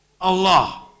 Allah